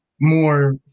more